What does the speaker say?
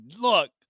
Look